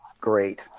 Great